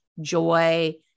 joy